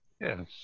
Yes